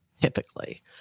Typically